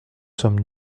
sommes